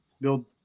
build